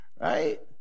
Right